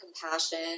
compassion